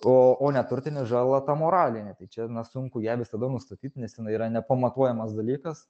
o o neturtinė žala ta moralinė tai čia na sunku ją visada nustatyt nes jinai yra nepamatuojamas dalykas